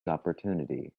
opportunity